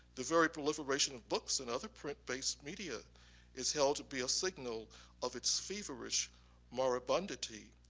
the very proliferation of books and other print-based media is held to be a signal of its feverish moribundity,